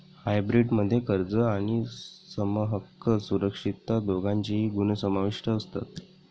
hybrid मध्ये कर्ज आणि समहक्क सुरक्षितता दोघांचेही गुण समाविष्ट असतात